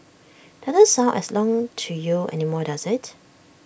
doesn't sound as long to you anymore does IT